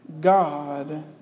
God